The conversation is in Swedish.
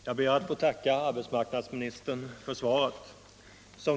Fru talman! Jag ber att få tacka arbetsmarknadsministern för svaret.